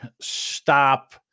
stop